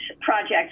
Project